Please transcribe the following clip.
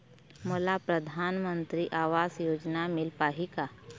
मोला परधानमंतरी आवास योजना मिल पाही का?